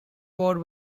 war